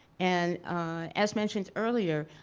and as mentioned earlier,